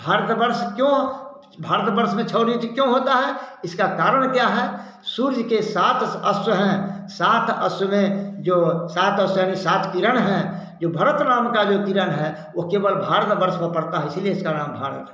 भारतवर्ष क्यों भारत में छः ऋतु क्यों होता है इसका कारण क्या है सूर्य के सात अश्व हैं सात अश्व में जो सात अश्व सात किरण हैं जो भरत नाम का जो किरण है वो केवल भारतवर्ष में पड़ता है इसीलिए इसका नाम भारत है